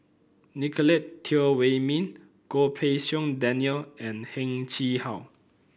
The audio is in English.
Nicolette Teo Wei Min Goh Pei Siong Daniel and Heng Chee How